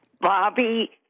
bobby